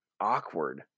awkward